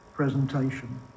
presentation